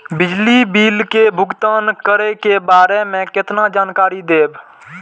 बिजली बिल के भुगतान करै के बारे में केना जानकारी देब?